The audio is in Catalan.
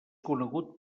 conegut